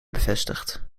bevestigd